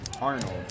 Arnold